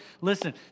listen